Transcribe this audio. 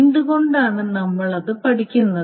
എന്തുകൊണ്ടാണ് നമ്മൾ അത് പഠിക്കുന്നത്